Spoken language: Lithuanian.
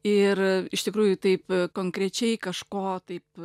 ir iš tikrųjų taip konkrečiai kažko taip